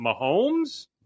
Mahomes